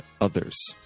others